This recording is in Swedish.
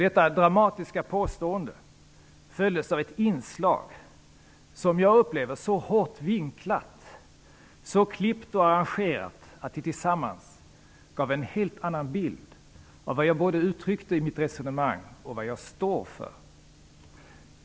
Detta dramatiska påstående följdes av ett inslag som jag upplever som så hårt vinklat och så klippt och arrangerat att det sammantaget gav en helt annan bild både av vad jag uttryckte i mitt resonemang och av vad jag står för.